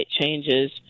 changes